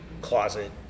closet